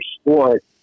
sport